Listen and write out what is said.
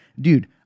Dude